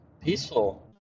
peaceful